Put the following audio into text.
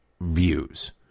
views